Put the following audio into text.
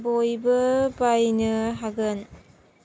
बयबो बायनो हागोन